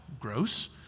gross